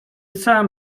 sam